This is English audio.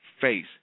face